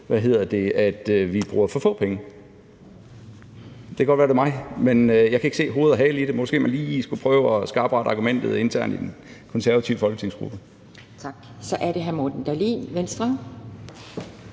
anklage os for, at vi bruger for få penge. Det kan godt være, det er mig, men jeg kan ikke se hoved og hale i det. Måske skulle man lige prøve at skærpe argumentet internt i den konservative folketingsgruppe. Kl. 17:14 Anden næstformand (Pia